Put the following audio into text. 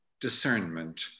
discernment